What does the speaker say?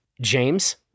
James